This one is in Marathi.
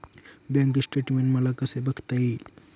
बँक स्टेटमेन्ट मला कसे बघता येईल?